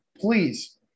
please